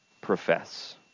profess